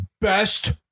best